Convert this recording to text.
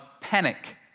panic